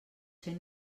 ser